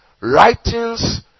writings